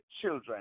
children